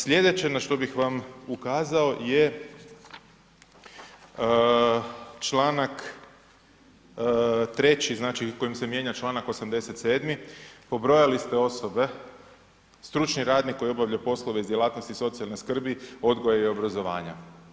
Slijedeće na što bih vam ukazao je čl. 3. znači kojim se mijenja čl. 87. pobrojali ste osobe, stručni radnik koji obavlja poslove iz djelatnosti socijalne skrbi, odgoja i obrazovanja.